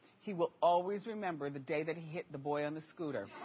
he will always remember the day that he hit the boy on the scooter,